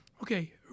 okay